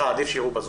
שאם הן היו חילוניות,